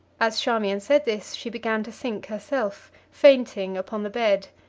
as charmian said this, she began to sink herself, fainting, upon the bed,